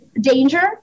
danger